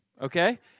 Okay